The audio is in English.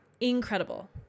Incredible